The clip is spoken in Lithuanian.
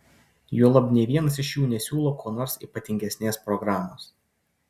juolab nė vienas iš jų nesiūlo kuo nors ypatingesnės programos